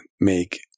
make